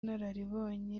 n’ubunararibonye